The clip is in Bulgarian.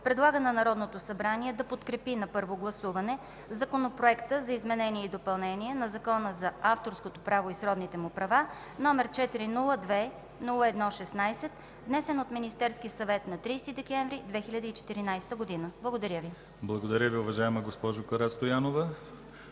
предлага на Народното събрание да подкрепи на първо гласуване Законопроекта за изменение и допълнение на Закона за авторското право и сродните му права, № 402-01-16, внесен от Министерския съвет на 30 декември 2014 г.”. Благодаря Ви. ПРЕДСЕДАТЕЛ ДИМИТЪР ГЛАВЧЕВ: Благодаря Ви, уважаема госпожо Карастоянова.